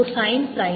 r R